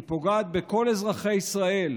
היא פוגעת בכל אזרחי ישראל,